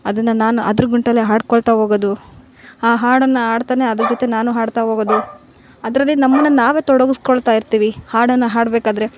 ಅದನ್ನು ನಾನು ಅದ್ರ ಗುಂಟಲ್ಲೇ ಹಾಡಿಕೊಳ್ತಾ ಹೋಗೋದು ಆ ಹಾಡನ್ನು ಹಾಡ್ತನೇ ಅದ್ರ ಜೊತೆ ನಾನು ಹಾಡ್ತಾ ಹೋಗೋದು ಅದರಲ್ಲಿ ನಮ್ಮನ್ನ ನಾವೇ ತೊಡಗಿಸ್ಕೊಳ್ತಾ ಇರ್ತೀವಿ ಹಾಡನ್ನು ಹಾಡಬೇಕಾದ್ರೆ